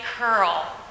curl